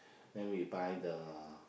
then we buy the